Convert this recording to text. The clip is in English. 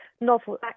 novel